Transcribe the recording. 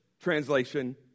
translation